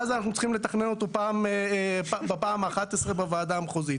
ואז אנחנו צריכים לתכנון אותו בפעם האחת עשרה בוועדה המחוזית.